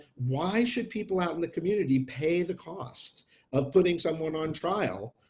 why should people out in the community pay the cost of putting someone on trial,